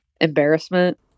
Embarrassment